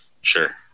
sure